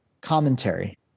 commentary